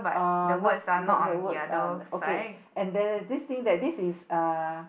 uh not not works uh okay and then this thing that this is uh